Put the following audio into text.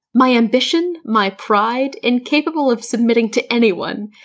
my ambition my pride, incapable of submitting to anyone,